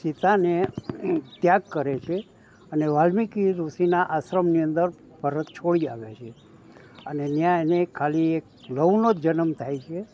સીતાનો ત્યાગ કરે છે અને વાલ્મીકિ ઋષિના આશ્રમની અંદર ભરત છોડી આવે છે અને ત્યાં એને ખાલી એક લવનો જ જન્મ થાય છે